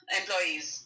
employees